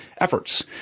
efforts